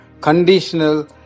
conditional